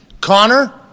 Connor